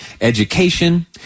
education